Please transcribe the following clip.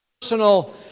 personal